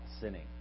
sinning